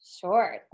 Sure